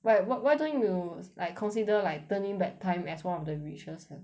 wh~ why don't you like consider like turning back time as one of the wishes